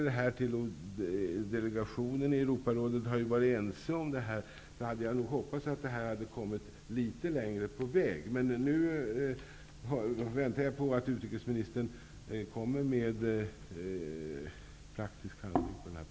Vad avser statsrådet att vidta för åtgärder för att bolagets information skall uppfylla de rimliga krav på saklighet och allsidighet som måste kunna ställas på information från ett bolag som är statligt och skattefinansieras?